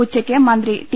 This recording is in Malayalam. ഉച്ചയ്ക്ക് മന്ത്രി ടി